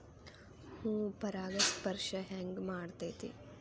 ಹೂ ಪರಾಗಸ್ಪರ್ಶ ಹೆಂಗ್ ಮಾಡ್ತೆತಿ?